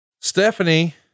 Stephanie